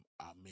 Amen